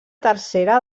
tercera